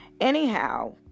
Anyhow